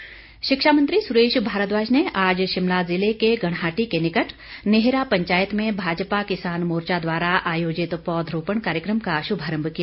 पौधरोपण शिक्षा मंत्री सुरेश भारद्वाज ने आज शिमला जिले के घणाहट्टी के निकट नेहरा पंचायत में भाजपा किसान मोर्चा द्वारा आयोजित पौधरोपण कार्यक्र म का शुभारंभ किया